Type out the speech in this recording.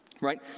right